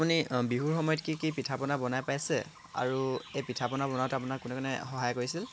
আপুনি বিহুৰ সময়ত কি কি পিঠা পনা বনাই পাইছে আৰু এই পিঠা পনা বনাওঁতে আপোনাক কোনে কোনে সহায় কৰিছিল